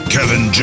Kevin